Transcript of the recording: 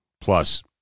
plus